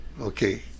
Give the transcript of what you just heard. Okay